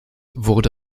wurde